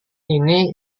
ini